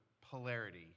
polarity